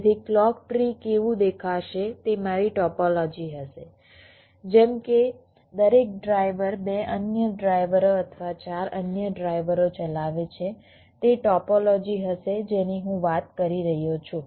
તેથી clock tree કેવું દેખાશે તે મારી ટોપોલોજી હશે જેમ કે દરેક ડ્રાઇવર 2 અન્ય ડ્રાઇવરો અથવા 4 અન્ય ડ્રાઇવરો ચલાવે છે તે ટોપોલોજી હશે જેની હું વાત કરી રહ્યો છું